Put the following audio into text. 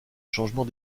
changement